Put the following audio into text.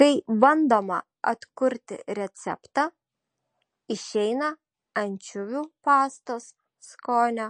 kai bandoma atkurti receptą išeina ančiuvių pastos skonio